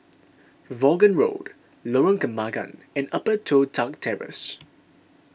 Vaughan Road Lorong Kembagan and Upper Toh Tuck Terrace